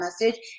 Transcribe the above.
message